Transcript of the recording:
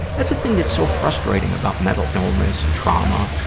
that's a thing that's so frustrating about mental illness and trauma,